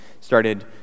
started